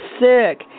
sick